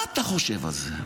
מה אתה חושב על זה?